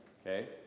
Okay